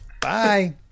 Bye